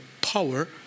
power